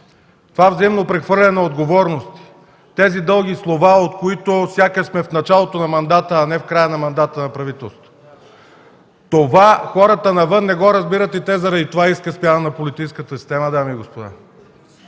това взаимно прехвърляне на отговорности, тези дълги слова, от които сякаш сме в началото на мандата, а не в края на мандата на правителството. Хората навън не го разбират и заради това искат смяна на политическата система, дами и господа.